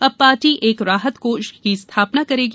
अब पार्टी एक राहत कोष की स्थापना करेगी